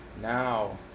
Now